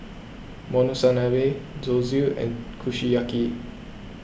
Monsunabe Zosui and Kushiyaki